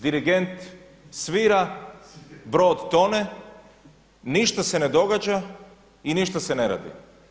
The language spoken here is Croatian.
Dirigent svira, brod tone, ništa se ne događa i ništa se ne radi.